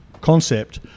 concept